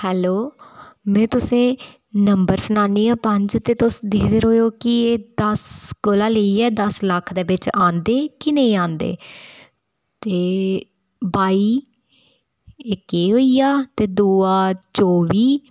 hello में तुसें number सनानियां पंज ते तुस दिखदे रौह्एओ कि एह् दस कोला लेइये दस लक्ख दे बिच्च आंदे कि नेईं आंदे ते बाई इक एह् होई गेआ ते दूआ चौबी